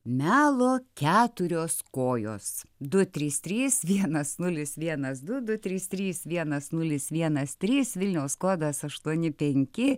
melo keturios kojos du trys trys vienas nulis vienas du du trys trys vienas nulis vienas trys vilniaus kodas aštuoni penki